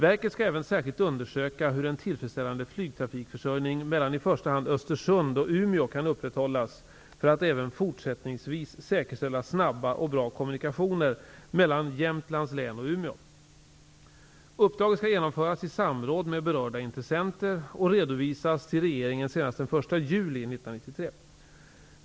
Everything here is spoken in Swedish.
Verket skall även särskilt undersöka hur en tillfredsställande flygtrafikförsörjning mellan i första hand Östersund och Umeå kan upprätthållas för att även fortsättningsvis säkerställa snabba och bra kommunikationer mellan Jämtlands län och Uppdraget skall genomföras i samråd med berörda intressenter och redovisas till regeringen senast den 1 juli 1993.